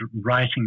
writing